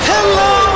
Hello